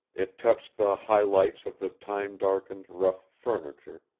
it touched the high-lights of the time-darkened, rough furniture,